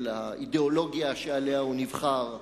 של האידיאולוגיה שעליה הוא נבחר,